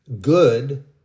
good